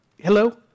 Hello